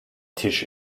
tisch